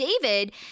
David